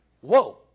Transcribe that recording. whoa